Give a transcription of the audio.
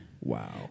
Wow